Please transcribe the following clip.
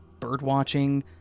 birdwatching